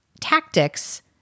tactics